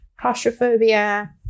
claustrophobia